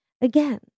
again